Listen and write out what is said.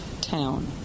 town